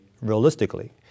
realistically